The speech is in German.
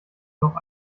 noch